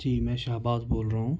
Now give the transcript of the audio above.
جی میں شاہابادذ بول رہا ہوں